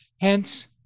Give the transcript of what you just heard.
hence